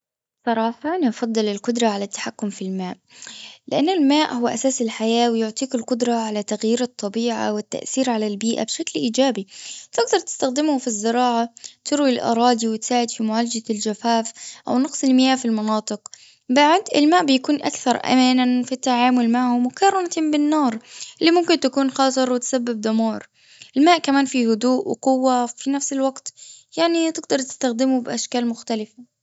صراحة أنا بفضل القدرة على التحكم في الماء. لأن الماء هو أساس الحياة ويعطيك القدرة على تغيير الطبيعة والتأثير على البيئة بشكل ايجابي. تقدر تستخدمه في الزراعة تروي الأراضي وتساعد في معالجة الجفاف أو نقص المياة في المناطق. بعد الماء بيكون أكثر أمانا في التعامل معه مقارنة بالنار. ليه ممكن تكون وتسبب دمار? الماء كمان فيه هدوء وقوة وفي نفس الوقت يعني تقدر تستخدمه باشكال مختلفة.